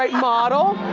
like model.